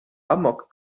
amok